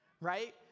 Right